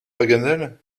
paganel